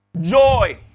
joy